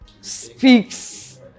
speaks